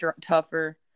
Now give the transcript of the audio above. tougher